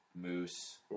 moose